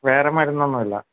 വേറെ മരുന്നൊന്നുമില്ല